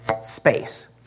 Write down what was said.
space